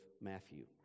Matthew